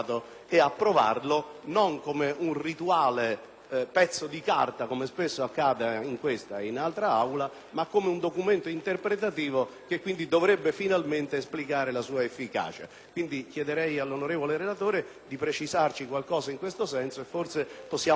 pezzo di carta, come spesso accade in questa e in altra Aula, ma come un documento interpretativo che dovrebbe finalmente esplicare la sua efficacia. Chiederei al relatore di precisare qualcosa in questo senso. Forse, possiamo fare qualcosa di concreto.